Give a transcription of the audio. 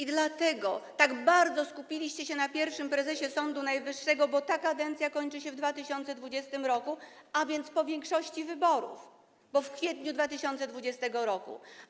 I dlatego tak bardzo skupiliście się na pierwszym prezesie Sądu Najwyższego - bo ta kadencja kończy się w 2020 r., a więc po większości wyborów, w kwietniu 2020 r.